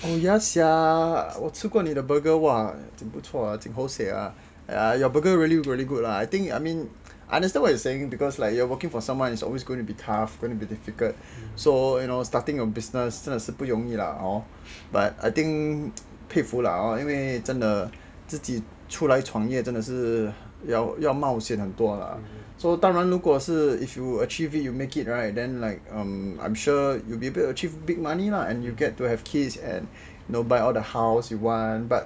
oh ya sia 我吃过你的 burger !wah! 挺不错挺 hosei ah ya your burger really look really good really good ah I understand what you're saying because like you are working for someone it's always going to be tough going to be difficult so starting your own business 真是不容易了 hor but I think 佩服 lah hor 因为真的自己出来创业真的是要冒险很多 lah so 当然如果是 you achieve it you make it right then like I'm sure you'll achieve big money lah and you get to have kids and know buy all the house you want but